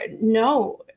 No